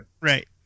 Right